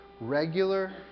Regular